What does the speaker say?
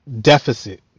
deficit